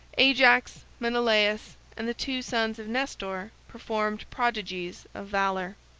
ajax, menelaus, and the two sons of nestor performed prodigies of valor.